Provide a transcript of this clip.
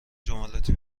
جملاتی